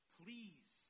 please